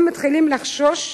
הם מתחילים לחשוש,